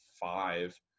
five